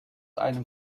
einem